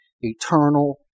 eternal